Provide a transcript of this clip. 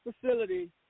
facility